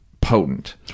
potent